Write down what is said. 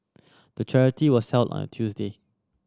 the charity was held on a Tuesday